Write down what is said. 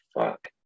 fuck